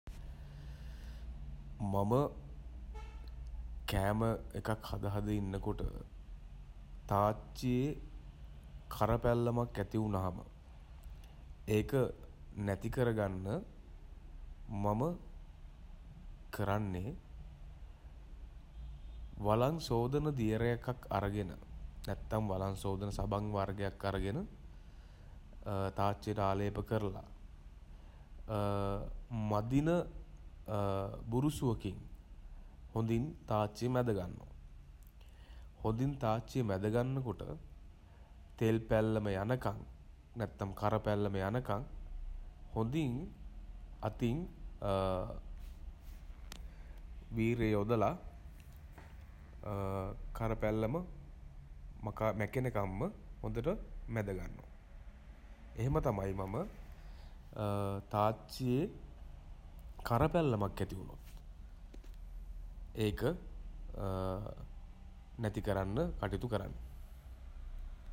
මම කෑම එකක් හද හදා ඉන්නකොට තාච්චියේ කර පැල්ලමක් ඇති වුණාම ඒක නැති කරගන්න මම කරන්නේ වළං සෝදන දියර එකක් අරගෙන නැත්නම් වළං සෝදන සබන් වර්ගයක් අරගෙන තාච්චියට ආලේප කරලා මදින බුරුසුවකින් හොඳින් තාච්චිය මැදගන්නවා. හොඳින් තාච්චිය මැද ගන්න කොට තෙල් පැල්ලම යනකන් නැත්නම් කර පැල්ලම යනකන් හොඳින් අතින් වීර්ය යොදලා කර පැල්ලම මැකෙනකන්ම හොඳට මැදගන්නවා. එහෙම තමයි මම තාච්චියේ කර පැල්ලමක් ඇති වුණොත් ඒක නැති කරන්න කටයුතු කරන්නේ.